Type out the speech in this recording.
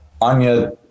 Anya